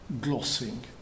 Glossing